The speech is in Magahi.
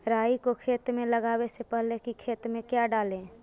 राई को खेत मे लगाबे से पहले कि खेत मे क्या डाले?